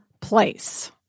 place